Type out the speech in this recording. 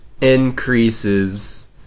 increases